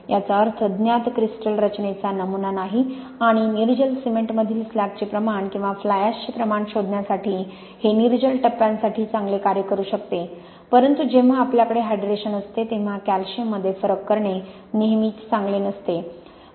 याचा अर्थ ज्ञात क्रिस्टल रचनेचा नमुना नाही आणि निर्जल सिमेंटमधील स्लॅगचे प्रमाण किंवा फ्लाय ऍशचे प्रमाण शोधण्यासाठी हे निर्जल टप्प्यांसाठी चांगले कार्य करू शकते परंतु जेव्हा आपल्याकडे हायड्रेशन असते तेव्हा कॅल्शियममध्ये फरक करणे नेहमीच चांगले नसते